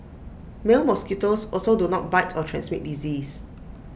male mosquitoes also do not bite or transmit disease